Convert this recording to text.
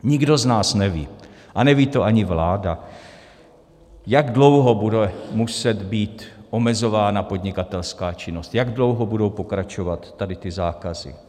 Nikdo z nás neví, a neví to ani vláda, jak dlouho bude muset být omezována podnikatelská činnost, jak dlouho budou pokračovat ty zákazy.